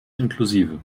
inklusive